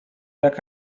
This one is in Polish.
jak